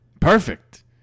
perfect